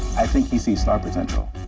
i think he sees star potential.